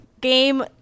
game